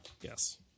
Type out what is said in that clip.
Yes